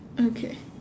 okay